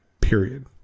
Period